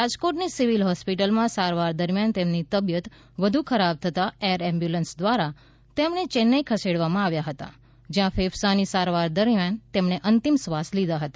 રાજકોટ ની civil hospital માં સારવાર દરમ્યાન તેમની તબિયત વધુ ખરાબ થતાં એર એમ્બુલન્સ દ્વારા તેમણે ચેન્નાઈ ખસેડવામાં આવ્યા હતા જ્યાં ફેફસા ની સારવાર દરમ્યાન તેમણે અંતિમ શ્વાસ લીધા હતા